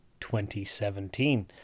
2017